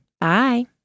Bye